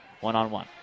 one-on-one